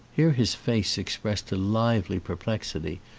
here his face expressed a lively perplexity,